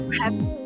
happy